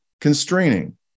constraining